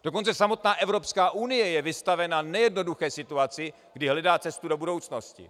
Dokonce samotná Evropská unie je vystavena nejednoduché situaci, kdy hledá cestu do budoucnosti.